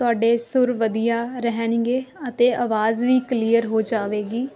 ਤੁਹਾਡੇ ਸੁਰ ਵਧੀਆ ਰਹਿਣਗੇ ਅਤੇ ਆਵਾਜ਼ ਵੀ ਕਲੀਅਰ ਹੋ ਜਾਵੇਗੀ